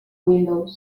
windows